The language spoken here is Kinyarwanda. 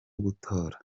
gutora